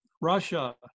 Russia